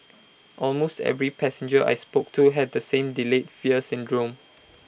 almost every passenger I spoke to had the same delayed fear syndrome